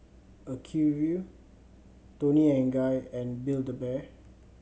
Acuvue Toni and Guy and Build A Bear